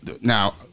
Now